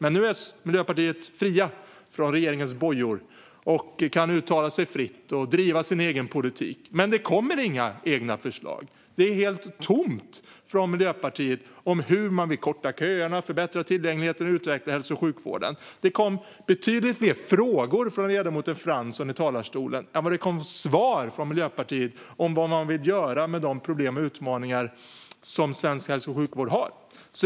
Men nu är Miljöpartiet fritt från regeringens bojor, kan uttala sig fritt och driva sin egen politik. Men det kommer inga egna förslag. Det är helt tomt från Miljöpartiet om hur man vill korta köerna, förbättra tillgängligheten och utveckla hälso och sjukvården. Det kom betydligt fler frågor från ledamoten Fransson i talarstolen än vad det kom svar från Miljöpartiet om vad man vill göra med de problem och utmaningar som svensk hälso och sjukvård har.